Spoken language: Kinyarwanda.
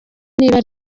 niba